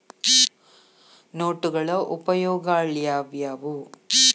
ನೋಟುಗಳ ಉಪಯೋಗಾಳ್ಯಾವ್ಯಾವು?